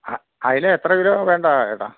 ആ അയില എത്ര കിലോ വേണ്ടത് ഏട്ടാ